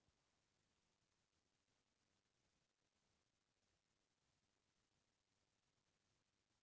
का मैं अपन ए.टी.एम कारड ले दूसर के खाता म पइसा भेज सकथव?